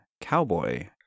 cowboy